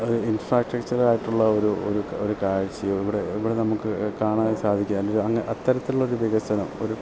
ഒരു ഇൻഫ്രാസ്ട്രക്ചറായിയിട്ടുള്ള ഒരു ഒരു ഒരു കാഴ്ച്ചയോ ഇവിടെ ഇവിടെ നമുക്ക് കാണാൻ സാധിക്കാൻ അങ്ങ അത്തരത്തിലുള്ള ഒരു വികസനം ഒരു